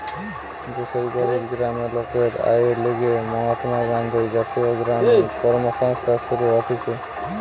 দেশের গরিব গ্রামের লোকের আয়ের লিগে মহাত্মা গান্ধী জাতীয় গ্রামীণ কর্মসংস্থান শুরু হতিছে